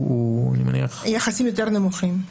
יחסים יותר נמוכים.